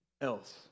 else